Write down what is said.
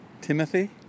Timothy